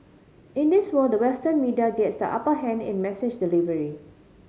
in this world the Western media gets the upper hand in message delivery